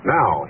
now